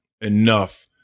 enough